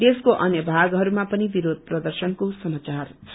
देशका अन्य भागहरूमा पनि बिरोध प्रदर्शनको समाचार छ